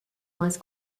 más